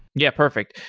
yeah, perfect.